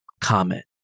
comment